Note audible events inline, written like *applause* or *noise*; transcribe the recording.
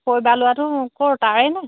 *unintelligible* ল'ৰাটো ক'ৰ তাৰেই নে